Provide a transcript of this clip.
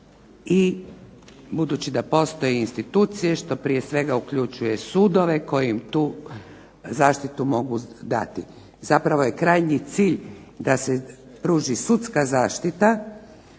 i budući da postoje institucije što prije svega uključuje sudove koji im tu zaštitu mogu dati. Zapravo je krajnji cilj da se pruži sudska zaštita